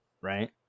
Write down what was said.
right